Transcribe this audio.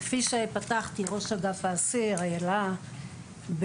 ראש אגף האסיר, שירות בתי הסוהר.